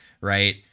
Right